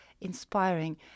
inspiring